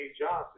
Johnson